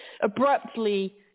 abruptly